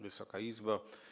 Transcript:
Wysoka Izbo!